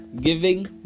giving